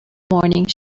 morning